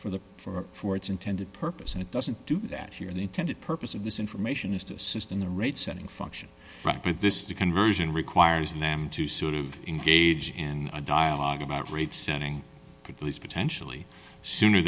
for the for for its intended purpose and it doesn't do that here the intended purpose of this information is to assist in the rate setting function right but this is a conversion requires them to sort of engage in a dialogue about rate setting because potentially sooner